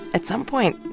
at some point,